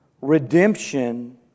Redemption